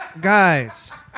Guys